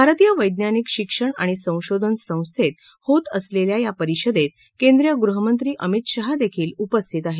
भारतीय वैज्ञानिक शिक्षण आणि संशोधन संस्थेत होत असलेल्या या परिषदेत केंद्रिय गृहमंत्री अमित शाहही उपस्थित आहेत